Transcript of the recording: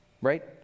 right